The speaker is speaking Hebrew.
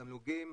תמלוגים,